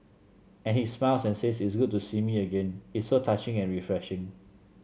and he smiles and says it's good to see me again it's so touching and refreshing